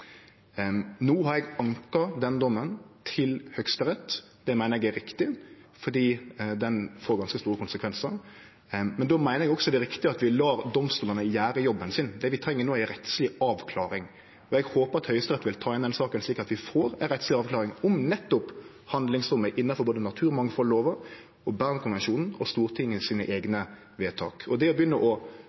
No har eg anka domen til Høgsterett. Det meiner eg er riktig fordi han får ganske store konsekvensar. Men då meiner eg også at det er riktig at vi lar domstolane gjere jobben sin. Det vi treng no, er ei rettsleg avklaring. Eg håper Høgsterett vil ta den saka, slik at vi får ei rettsleg avklaring om nettopp handlingsrommet innanfor både naturmangfaldlova, Bernkonvensjonen og Stortingets eigne vedtak. Det